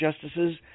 justices